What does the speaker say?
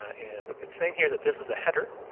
and it's saying here that this is a header,